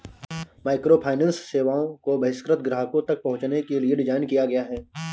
microfinance सेवाओं को बहिष्कृत ग्राहकों तक पहुंचने के लिए डिज़ाइन किया गया है